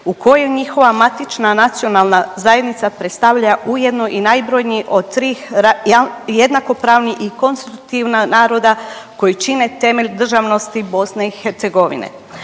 u kojoj njihova matična nacionalna zajednica predstavlja ujedno i najbrojniji od 3 jednakopravna i konstruktivna naroda koji čine temelj državnosti BiH.